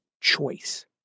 choice